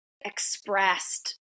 expressed